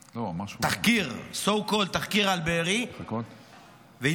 תחקיר, So called תחקיר, על בארי, והתביישתי.